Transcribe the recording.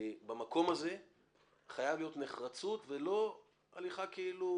במקום הזה חייבת להיות נחרצות ולא הליכה כאילו